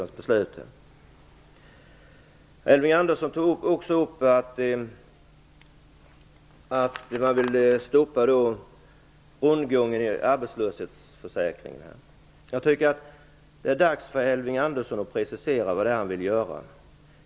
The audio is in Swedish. Elving Andersson tog också upp att man ville stoppa rundgången i arbetslöshetsförsäkringen. Det är dags för Elving Andersson att presentera vad han vill göra.